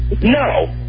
No